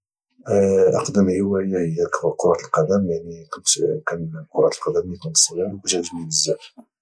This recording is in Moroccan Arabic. اقدم هوايه وهي كره القدم يعني كنت كانلعب كره القدم منين كنت صغير وكاتعجبني بزاف